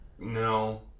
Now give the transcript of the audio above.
No